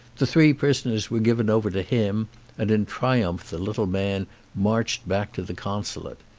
the three prisoners were given over to him and in triumph the little man marched back to the consulate.